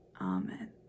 Amen